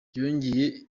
yongeye